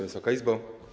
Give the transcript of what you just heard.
Wysoka Izbo!